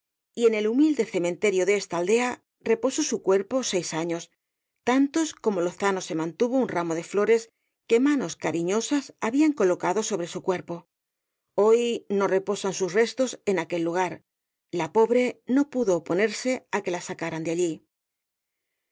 y en el humilde cementerio de esta aldea reposó su cuerpo seis años tantos como lozano se mantuvo un ramo de flores que manos cariñosas habían colocado sobre su cuerpo hoy no reposan sus restos en aquel lugar la pobre no pudo oponerse á que la sacaran de allí